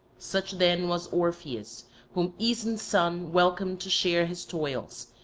such then was orpheus whom aeson's son welcomed to share his toils,